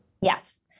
Yes